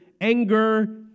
anger